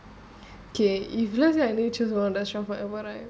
K if let's say I need to choose one restaurant forever right